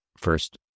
First